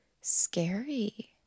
scary